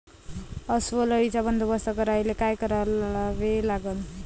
अस्वल अळीचा बंदोबस्त करायले काय करावे लागन?